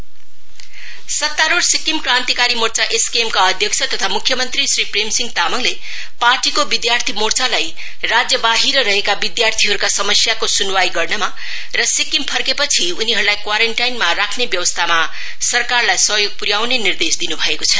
SKM स्ट्रेण्ट स्तरुढ़ Sikkim Krantikari Morcha SKM का अध्यक्ष तथा मुख्य मंत्री श्री प्रेमसिंह तामाङले पार्टीको विद्यार्थी मोर्चालाई राज्यबाहिर रहेका विद्यार्थीहरुका समस्याको सुनवाई गर्नमा र सिक्किम फर्केपछि उनीहरुलाई कोरानटाइनमा राख्ने व्यवस्थामा सरकारलाई सहयोग पुर्याउने निर्देश दिनु भएको छ